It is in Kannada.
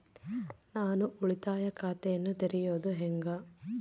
ನಾನು ಉಳಿತಾಯ ಖಾತೆಯನ್ನ ತೆರೆಯೋದು ಹೆಂಗ?